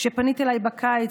כשפנית אליי בקיץ,